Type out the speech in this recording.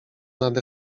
nad